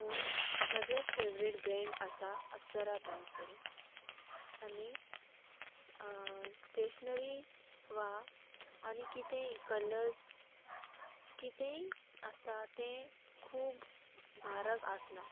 पूण म्हजें favourite brand आसा अपसरा पेन्सील आनी स्टेशनरी वा आनी कितेंय कलर्स कितेंय आसता तें खूब म्हारग आसना